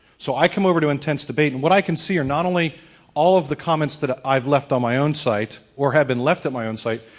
so i come over to intense debate and what i can see are not only all of the comments that i've left on my own site or have been left at my own site,